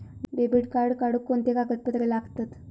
Debit card काढुक कोणते कागदपत्र लागतत?